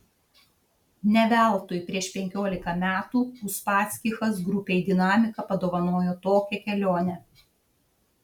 ne veltui prieš penkiolika metų uspaskichas grupei dinamika padovanojo tokią kelionę